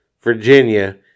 Virginia –